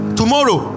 tomorrow